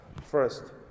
First